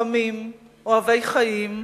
חמים, אוהבי חיים,